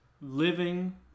living